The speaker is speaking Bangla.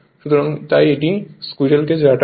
সুতরাং তাই এটি স্কুইরেল কেজ রটার